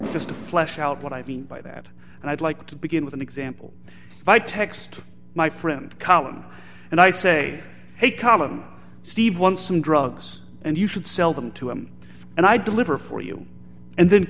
to flesh out what i mean by that and i'd like to begin with an example if i text my friend column and i say hey column steve won some drugs and you should sell them to him and i deliver for you and then